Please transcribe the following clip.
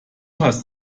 hast